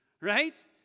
Right